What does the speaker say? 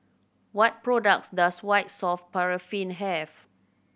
what products does White Soft Paraffin have